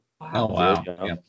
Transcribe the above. wow